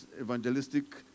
evangelistic